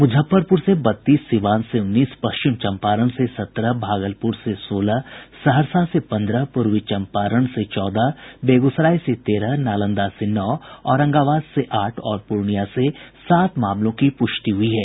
मुजफ्फरपुर से बत्तीस सिवान से उन्नीस पश्चिम चम्पारण से सत्रह भागलपुर से सोलह सहरसा से पन्द्रह पूर्वी चम्पारण से चौदह बेगूसराय से तेरह नालंदा से नौ औरंगाबाद से आठ और पूर्णिया से सात मामलों की पुष्टि हुई है